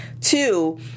Two